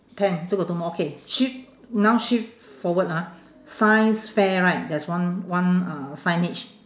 ten so got two more okay shift now shift forward ah science fair right there's one one uh signage